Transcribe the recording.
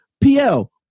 PL